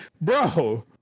bro